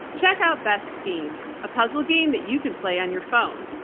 check out best fiends, a puzzle game that you can play on your phone.